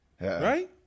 Right